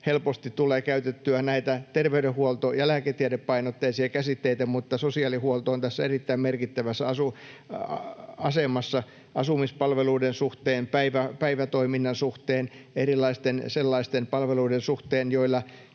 helposti tulee käytettyä terveydenhuolto- ja lääketiedepainotteisia käsitteitä, vaikka sosiaalihuolto on tässä erittäin merkittävässä asemassa asumispalveluiden suhteen, päivätoiminnan suhteen, erilaisten sellaisten palveluiden suhteen, joilla